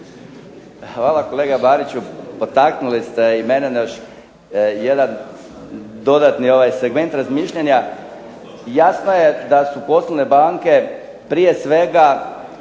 Hvala kolega Mariću. Potaknuli ste i mene na jedan dodatni segment razmišljanja. Jasno je da su poslovne banke prije svega,